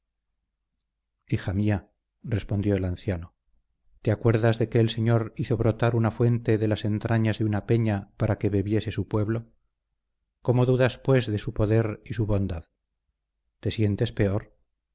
hija mía respondió el anciano te acuerdas de que el señor hizo brotar una fuente de las entrañas de una peña para que bebiese su pueblo cómo dudas pues de su poder y su bondad te sientes peor